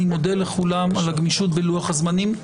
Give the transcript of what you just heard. אני מודה לכולם על הגמישות בלוח הזמנים.